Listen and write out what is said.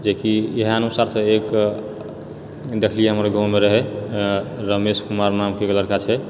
जेकि इएह अनुसारसँ एक देखलिए हमर गाँवमे रहै आ रमेश कुमार नामके एक लड़का छै